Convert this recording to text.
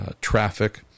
traffic